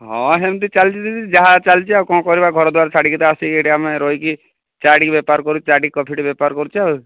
ହଁ ହେମିତି ଚାଲିଛି ଦିଦି ଯାହା ଚାଲିଛି ଆଉ କ'ଣ କରିବା ଘରଦ୍ୱାର ଛାଡ଼ିକି ତ ଆସିକି ଏଇଟି ଆମେ ରହିକି ଚା' ଟିକେ ବେପାର କରୁ ଚା' ଟିକେ କଫି ଟିକେ ବେପାର କରୁଛେ ଆଉ